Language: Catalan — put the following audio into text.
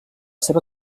seva